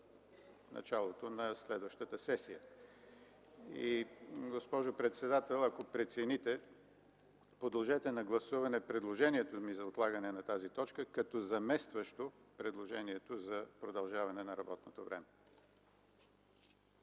началото на следващата сесия. Госпожо председател, ако прецените, подложете на гласуване предложението ми за отлагане на тази точка, като заместващо предложението за удължаване на работното време.